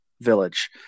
village